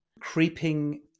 creeping